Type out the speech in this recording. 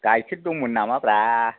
गाइखेर दंमोन नामा ब्रा